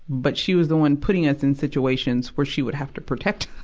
but she was the one putting us in situations where she would have to protect